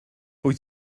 wyt